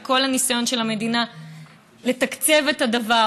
עם כל הניסיון של המדינה לתקצב את הדבר